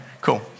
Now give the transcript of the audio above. cool